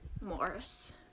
Morris